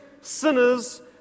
sinners